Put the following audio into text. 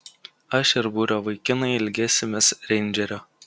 aš ir būrio vaikinai ilgėsimės reindžerio